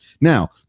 now